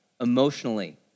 Emotionally